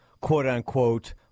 quote-unquote